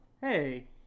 Hey